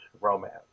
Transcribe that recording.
romance